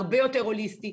הרבה יותר הוליסטי,